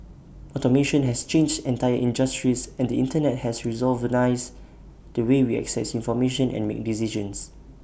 automation has changed entire industries and the Internet has revolutionised the way we access information and make decisions